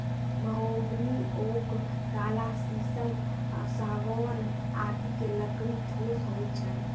mahogany, oak, काला शीशम, सागौन आदि के लकड़ी ठोस होय छै